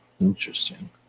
Interesting